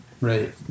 right